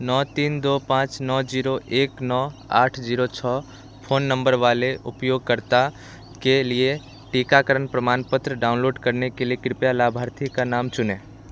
नौ तीन दो पाँच नौ शून्य एक नौ आठ शून्य छः फ़ोन नम्बर वाले उपयोगकर्ता के लिए टीकाकरण प्रमाणपत्र डाउनलोड करने के लिए कृपया लाभार्थी का नाम चुनें